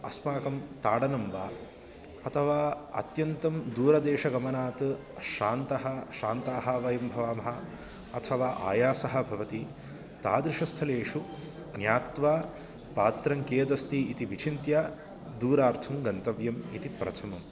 अस्माकं ताडनं वा अथवा अत्यन्तं दूरदेशगमनात् श्रान्तः श्रान्ताः वयं भवामः अथवा आयासः भवति तादृशस्थलेषु ज्ञात्वा पात्रं कियदस्ति इति विचिन्त्य दूरार्थं गन्तव्यम् इति प्रथमं